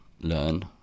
learn